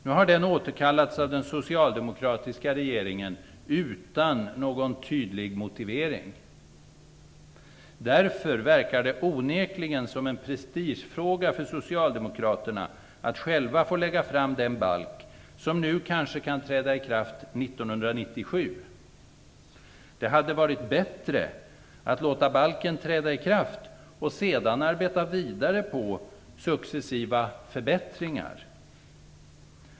Nu har den återkallats av den socialdemokratiska regeringen utan någon tydlig motivering. Därför verkar det onekligen vara en prestigefråga för Socialdemokraterna att själva få lägga fram den balk som nu kanske kan träda i kraft 1997. Det hade varit bättre att låta balken träda i kraft för att sedan arbeta vidare för successiva förbättringar.